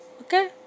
okay